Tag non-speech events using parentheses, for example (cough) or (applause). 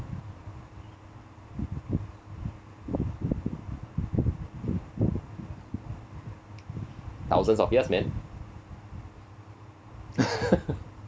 thousand of years man (laughs)